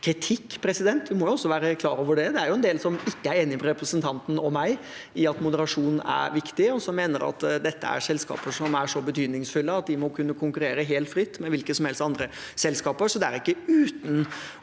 kritikk – man må også være klar over det. Det er jo en del som ikke er enige med representanten og meg i at moderasjon er viktig, og som mener at dette er selskaper som er så betydningsfulle at de må kunne konkurrere helt fritt med hvilke som helst andre selskaper. Så det er ikke uten